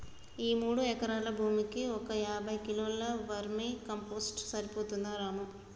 ఈ మూడు ఎకరాల భూమికి ఒక యాభై కిలోల వర్మీ కంపోస్ట్ సరిపోతుందా రాము